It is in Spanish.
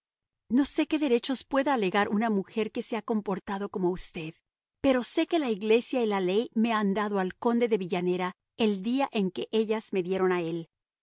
no sé qué derechos pueda alegar una mujer que se ha comportado como usted pero sé que la iglesia y la ley me han dado al conde de villanera el día en que ellas me dieron a él